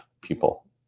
people